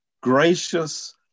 gracious